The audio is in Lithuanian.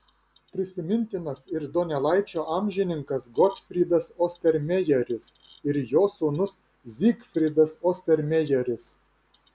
prisimintinas ir donelaičio amžininkas gotfrydas ostermejeris ir jo sūnus zygfridas ostermejeris